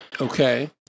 Okay